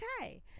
okay